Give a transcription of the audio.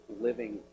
living